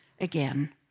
again